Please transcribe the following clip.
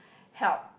help